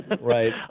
Right